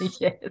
Yes